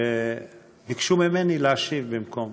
וביקשו ממני להשיב במקומו.